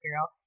Girl